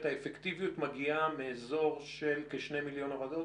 האפקטיביות מגיעה מאזור של 2 מיליון הורדות?